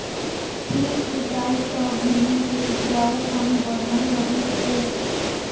ठीक सिचाई सॅ भूमि के उपजाऊपन बनल रहैत अछि